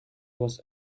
was